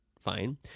fine